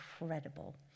incredible